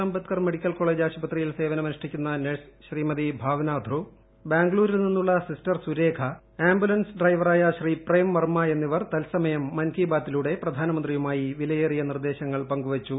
Ambedkar medical college ആശുപത്രിയിൽ സേവനം അനുഷ്ഠിക്കുന്ന നഴ്സ് ശ്രീമതി ഭാവ്ന ധ്രുപ് ബാംഗ്ലൂരിൽ നിന്നും സിസ്റ്റർ സുരേഖ ആംബുലൻസ് ഡ്രൈവറായ ശ്രീ പ്രേം വർമ്മ എന്നിവർ തത്സമയം മാന് കി ബാത്തിലൂടെ പ്രധാനമന്ത്രിയുമായി വിലയേറിയ നിർദ്ദേശങ്ങൾ പങ്കുവച്ചു